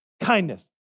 kindness